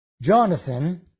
Jonathan